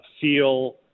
feel